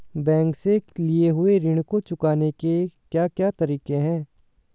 Bank से लिए हुए ऋण को चुकाने के क्या क्या तरीके हैं?